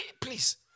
please